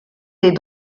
des